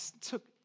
took